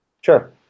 Sure